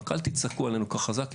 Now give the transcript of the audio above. רק אל תצעקו עליי כל כך חזק,